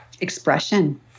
Expression